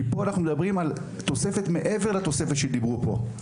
כי פה אנחנו מדברים על תוספת מעבר לתוספת שדיברו פה.